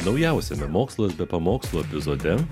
naujausiame mokslas be pamokslų epizode